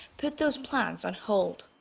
put those plans on hold.